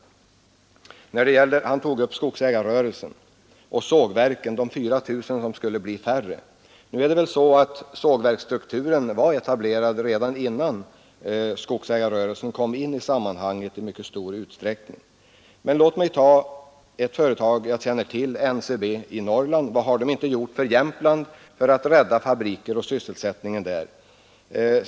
Han tog upp skogsägarrörelsen och nämnde de 4 000 sågverken, som skulle komma att minska i antal. Vad gäller sågverksstrukturen och dess lokalisering var den etablerad redan innan skogsägarrörelsen i någon större utsträckning kom in i detta sammanhang. Låt mig dock peka på vad ett företag som jag känner till, NCB, har gjort för att rädda fabriker och sysselsättning i Jämtland t.ex.